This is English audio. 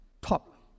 Top